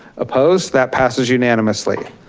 opposed, that passes unanimously.